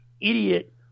idiot